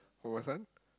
oh was I